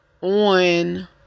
On